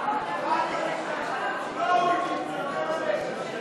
מסי העירייה ומסי הממשלה (פטורין)